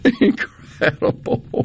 Incredible